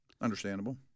Understandable